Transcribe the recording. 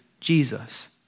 Jesus